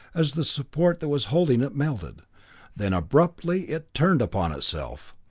as the support that was holding it melted then abruptly it turned upon itself.